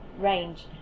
range